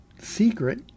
secret